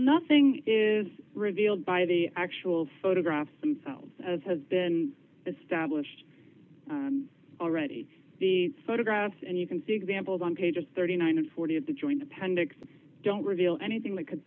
nothing is revealed by the actual photographs themselves as has been established already the photographs and you can see examples on pages thirty nine and forty of the joint appendix don't reveal anything that could